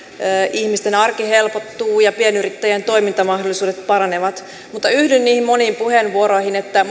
ihmisten arki helpottuu ja pienyrittäjien toimintamahdollisuudet paranevat mutta yhdyn niihin moniin puheenvuoroihin että